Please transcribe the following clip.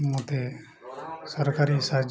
ମୋତେ ସରକାରୀ ସାହାଯ୍ୟ